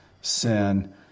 sin